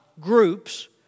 groups